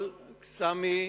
סמי,